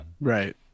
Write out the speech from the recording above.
right